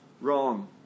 wrong